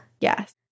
Yes